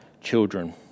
children